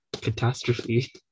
catastrophe